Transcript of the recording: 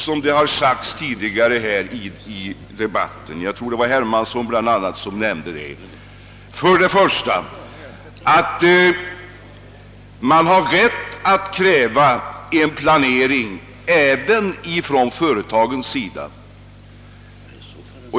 Som det tidigare i debatten har sagts, bl.a. av herr Hermansson, kan man kräva en planering även från företagens sida.